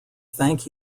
thank